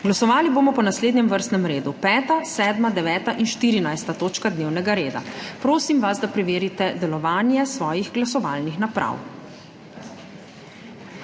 Glasovali bomo po naslednjem vrstnem redu: 5., 7., 9. in 14. točka dnevnega reda. Prosim vas, da preverite delovanje svojih glasovalnih naprav.